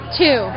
two